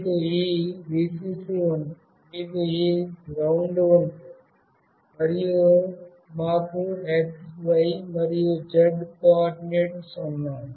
మీకు ఈ Vcc ఉంది మాకు ఈ GND ఉంది మరియు మాకు x y మరియు z కోఆర్డినేట్లు ఉన్నాయి